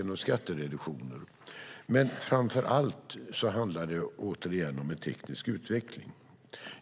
genom skattereduktioner. Men framför allt handlar det återigen om teknisk utveckling.